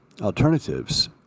alternatives